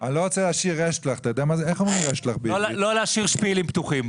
אני לא רוצה להשאיר קצוות פתוחים.